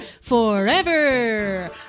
forever